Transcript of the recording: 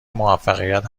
موفقیت